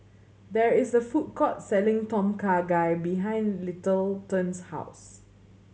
there is a food court selling Tom Kha Gai behind Littleton's house